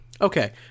okay